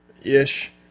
ish